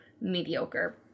mediocre